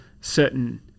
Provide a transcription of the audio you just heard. certain